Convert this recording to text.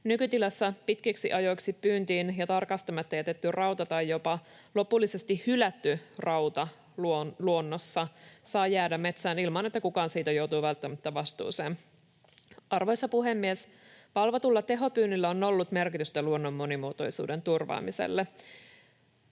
Nykytilassa pitkiksi ajoiksi pyyntiin ja tarkastamatta jätetty rauta tai jopa lopullisesti hylätty rauta luonnossa saa jäädä metsään ilman, että kukaan siitä joutuu välttämättä vastuuseen. Arvoisa puhemies! Valvotulla tehopyynnillä on ollut merkitystä luonnon monimuotoisuuden turvaamiselle,